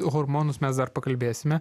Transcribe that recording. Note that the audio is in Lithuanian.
hormonus mes dar pakalbėsime